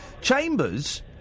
Chambers